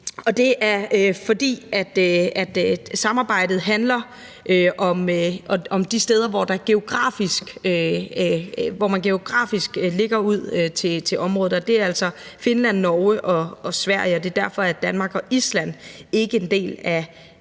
Det er, fordi samarbejdet handler om de steder, som geografisk ligger ud til området, og det er altså Finland, Norge og Sverige, og det er derfor, at Danmark og Island ikke er en del af